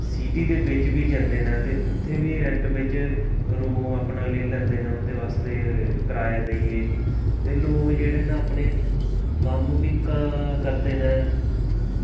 city दे बिच्च बी जंदे न ते उत्थें बी रेंट बिच्च अपना लेई लैंदे न बास्तै किराया देइयै ते लोक जेह्ड़े न अपने कम्म बी करदे न